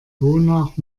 wonach